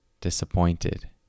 disappointed